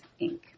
Inc